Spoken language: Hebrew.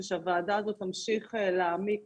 ושהוועדה הזאת תמשיך להעמיק